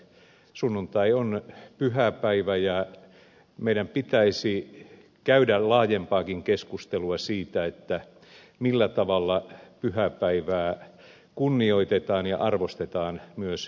sunnuntai on pyhäpäivä ja meidän pitäisi käydä laajempaakin keskustelua siitä millä tavalla pyhäpäivää kunnioitetaan ja arvostetaan myös lepopäivänä